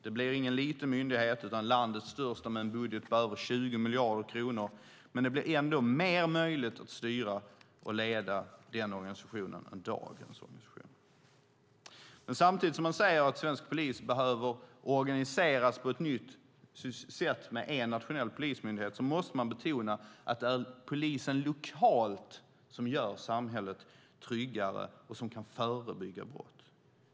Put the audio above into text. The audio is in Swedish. Det blir ingen liten myndighet utan landets största med en budget på över 20 miljarder kronor, men den blir ändå mer möjlig att styra och leda än dagens organisation. Samtidigt som svensk polis behöver organiseras på ett nytt sätt med en nationell polismyndighet måste det betonas att det är polisen lokalt som gör samhället tryggare och som kan förebygga brott.